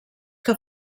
que